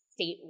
statewide